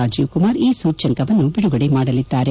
ರಾಜೀವ್ ಕುಮಾರ್ ಈ ಸೂಚ್ಚಂಕವನ್ನು ಬಿಡುಗಡೆ ಮಾಡಲಿದ್ದಾರೆ